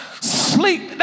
sleep